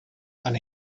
and